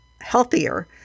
healthier